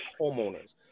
homeowners